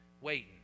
waiting